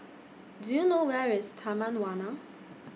Do YOU know Where IS Taman Warna